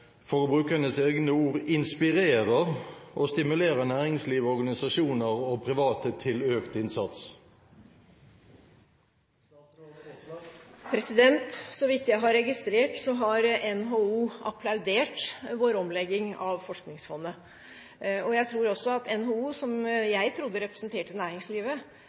egne ord – inspirerer og stimulerer næringslivet, organisasjoner og private til økt innsats? Så vidt jeg har registrert, har NHO applaudert vår omlegging av Forskningsfondet. Jeg trodde også at NHO – som jeg trodde representerte næringslivet